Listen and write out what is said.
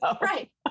Right